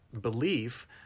belief